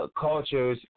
cultures